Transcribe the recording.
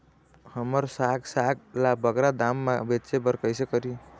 हमर साग साग ला बगरा दाम मा बेचे बर कइसे करी?